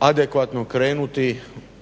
adekvatno krenuti